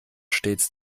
stets